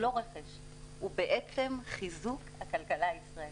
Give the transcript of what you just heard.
הוא בעצם חיזוק הכלכלה הישראלית.